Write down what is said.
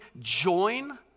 join